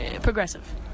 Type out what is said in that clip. progressive